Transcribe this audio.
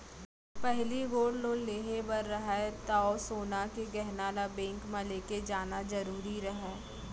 पहिली gold loan लेहे बर रहय तौ सोन के गहना ल बेंक म लेके जाना जरूरी रहय